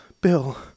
Bill